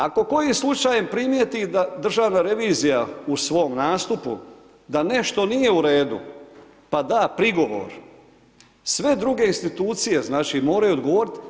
Ako kojim slučajem primijeti državna revizija u svom nastupu da nešto nije u redu pa da prigovor, sve druge institucije znači moraju odgovoriti.